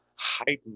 heightened